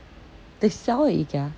they sell it at ikea